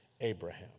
Abraham